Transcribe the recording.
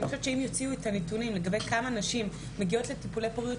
אני חושבת שאם יוציאו את הנתונים לגבי כמה נשים מגיעות לטיפולי פוריות,